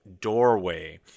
doorway